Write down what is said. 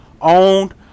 owned